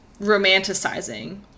romanticizing